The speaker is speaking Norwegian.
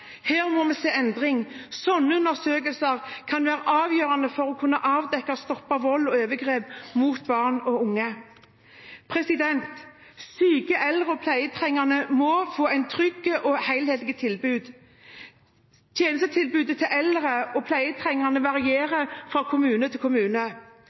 Her må vi se en endring. Slike undersøkelser kan være avgjørende for å kunne avdekke og stoppe vold og overgrep mot barn og unge. Syke eldre og pleietrengende må få et trygt og helhetlig tilbud. Tjenestetilbudet til eldre og pleietrengende varierer fra kommune til kommune.